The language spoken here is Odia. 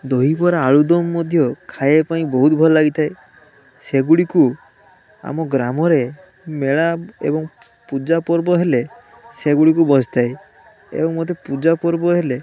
ଦହିବାର ଆଳୁଦମ୍ ମଧ୍ୟ ଖାଇବା ପାଇଁ ବହୁତ ଭଲ ଲାଗିଥାଏ ସେଗୁଡ଼ିକୁ ଆମ ଗ୍ରାମରେ ମେଳା ଏବଂ ପୂଜାପର୍ବ ହେଲେ ସେଗୁଡ଼ିକୁ ବସିଥାଏ ଏବଂ ମୋତେ ପୂଜାପର୍ବ ହେଲେ